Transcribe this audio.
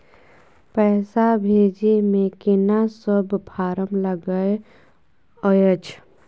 पैसा भेजै मे केना सब फारम लागय अएछ?